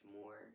more